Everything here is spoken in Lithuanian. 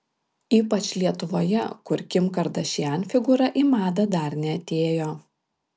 ypač lietuvoje kur kim kardashian figūra į madą dar neatėjo